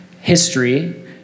history